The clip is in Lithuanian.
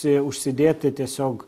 užsidėti tiesiog